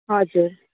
हजुर